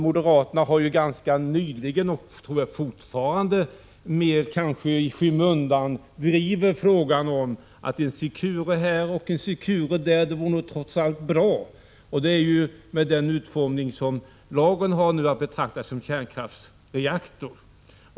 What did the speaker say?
Moderaterna driver ju fortfarande, kanske något mer i skymundan, åsikten att det nog trots allt vore bra med en och annan secure. Med den utformning som lagen nu ges är ju en sådan att betrakta som kärnkraftsreaktor.